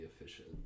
efficient